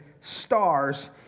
stars